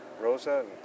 Rosa